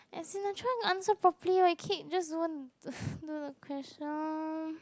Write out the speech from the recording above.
as in I'm trying to answer properly but you keep just don't do the question